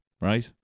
right